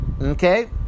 Okay